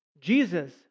Jesus